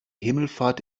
himmelfahrt